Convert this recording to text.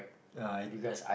uh I